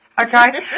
Okay